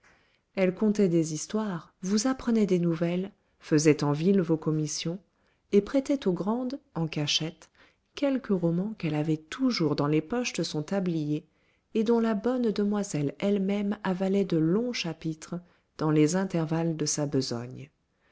elle contait des histoires vous apprenait des nouvelles faisait en ville vos commissions et prêtait aux grandes en cachette quelque roman qu'elle avait toujours dans les poches de son tablier et dont la bonne demoiselle elle-même avalait de longs chapitres dans les intervalles de sa besogne